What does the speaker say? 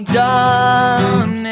done